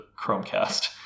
Chromecast